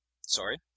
Sorry